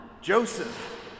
Joseph